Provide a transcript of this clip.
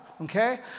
okay